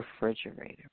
refrigerator